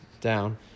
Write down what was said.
Down